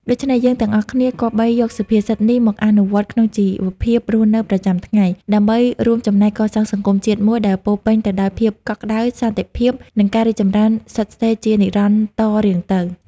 ដូច្នេះ យើងទាំងអស់គ្នាគប្បីយកសុភាសិតនេះមកអនុវត្តន៍ក្នុងជីវភាពរស់នៅប្រចាំថ្ងៃ ដើម្បីរួមចំណែកកសាងសង្គមជាតិមួយដែលពោរពេញទៅដោយភាពកក់ក្ដៅ សន្តិភាព និងការរីកចម្រើនស្ថិតស្ថេរជានិរន្តរ៍តរៀងទៅ។